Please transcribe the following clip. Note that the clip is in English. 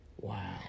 Wow